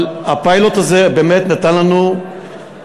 אבל הפיילוט הזה באמת נתן לנו התקדמות,